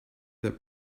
that